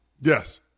Yes